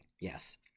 Yes